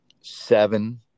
Seven